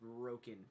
broken